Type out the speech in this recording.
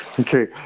Okay